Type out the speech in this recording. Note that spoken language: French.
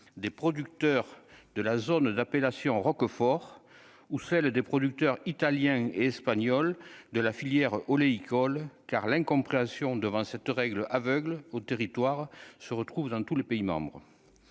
des producteurs de la zone d'appellation roquefort ou celle des producteurs italiens et espagnols de la filière oléicole car l'incompréhension devant cette règle aveugle au territoire se retrouvent dans tous les pays membres,